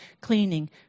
cleaning